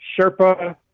Sherpa